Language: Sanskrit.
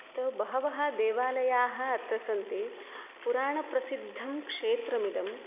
अत्र बहवः देवालयाः अत्र सन्ति पुराणप्रसिद्धं क्षेत्रमिदं